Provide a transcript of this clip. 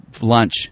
lunch